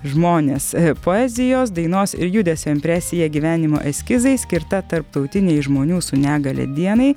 žmonės poezijos dainos ir judesio impresija gyvenimo eskizai skirta tarptautinei žmonių su negalia dienai